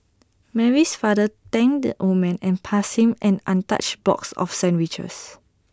Mary's father thanked the old man and passed him an untouched box of sandwiches